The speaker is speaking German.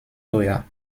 teuer